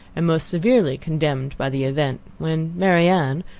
and most severely condemned by the event, when marianne,